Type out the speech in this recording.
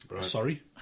sorry